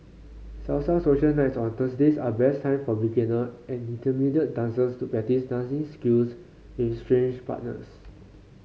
salsa social nights on Thursdays are best time for beginner and intermediate dancers to practice dancing skills with strange partners